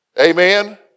amen